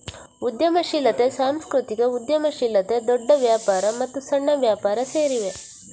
ಉದ್ಯಮಶೀಲತೆ, ಸಾಂಸ್ಕೃತಿಕ ಉದ್ಯಮಶೀಲತೆ, ದೊಡ್ಡ ವ್ಯಾಪಾರ ಮತ್ತು ಸಣ್ಣ ವ್ಯಾಪಾರ ಸೇರಿವೆ